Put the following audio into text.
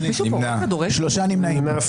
הצבעה לא אושרה נפל.